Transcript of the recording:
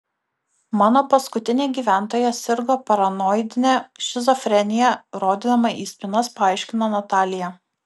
mano paskutinė gyventoja sirgo paranoidine šizofrenija rodydama į spynas paaiškino natalija